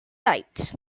tight